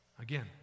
again